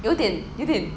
有点有点